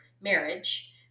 marriage